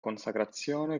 consacrazione